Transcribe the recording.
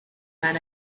man